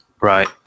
right